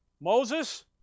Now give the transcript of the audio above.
Moses